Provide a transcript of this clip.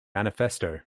manifesto